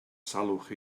salwch